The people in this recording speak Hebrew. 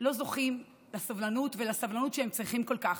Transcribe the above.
לא זוכים לסובלנות ולסבלנות שהם צריכים כל כך.